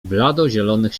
bladozielonych